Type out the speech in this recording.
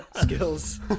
Skills